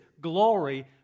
glory